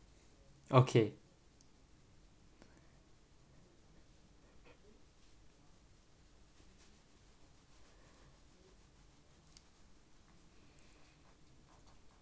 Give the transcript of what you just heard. okay